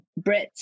Brits